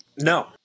No